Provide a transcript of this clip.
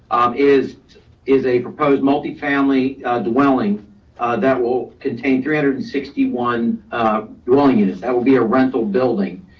is is a proposed multifamily dwelling that will contain three hundred and sixty one dwelling units. that will be a rental building.